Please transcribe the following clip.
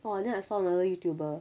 !wah! then I saw another youtuber